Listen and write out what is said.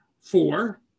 four